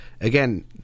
again